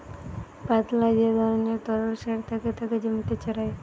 পাতলা যে ধরণের তরল সার থাকে তাকে জমিতে ছড়ায়